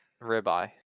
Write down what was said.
ribeye